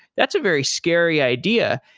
that's a very scary idea.